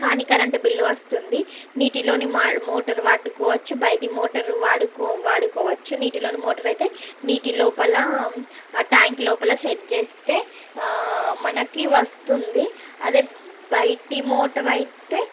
కానీ current bill వస్తుంది నీటిలోని మోటార్ వాడుకోవచ్చు బయటి మోటర్ వాడుకోవచ్చు నీటిలో మోటర్ అయితే నీటి లోపల ఆ ట్యాంక్ లోపల సెట్ చేస్తే మనకి వస్తుంది అదే బయటి మోటర్ అయితే